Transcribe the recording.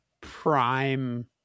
prime